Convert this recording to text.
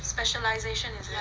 specialisation